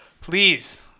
please